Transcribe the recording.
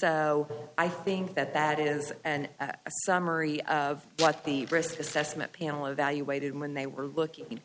so i think that that is and summary of what the risk assessment panel evaluated when they were looking